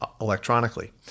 electronically